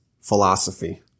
philosophy